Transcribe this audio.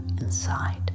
inside